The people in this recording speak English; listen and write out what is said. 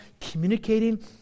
communicating